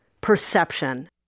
perception